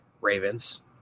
Ravens